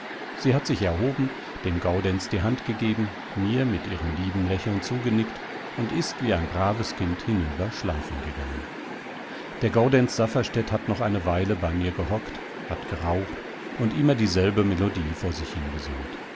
sie hat sich erhoben dem gaudenz die hand gegeben mir mit ihrem lieben lächeln zugenickt und ist wie ein braves kind hinüber schlafen gegangen der gaudenz safferstätt hat noch eine weile bei mir gehockt hat geraucht und immer dieselbe melodie vor sich hingesummt